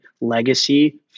legacy